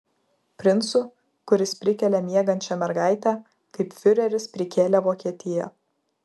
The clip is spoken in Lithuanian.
princu kuris prikelia miegančią mergaitę kaip fiureris prikėlė vokietiją